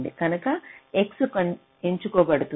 కనుక X ఎంచుకోబడుతుంది